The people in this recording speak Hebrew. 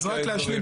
אז רק להשלים,